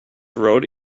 rode